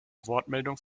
wortmeldung